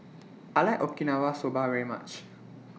I like Okinawa Soba very much